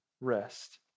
rest